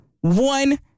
One